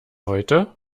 heute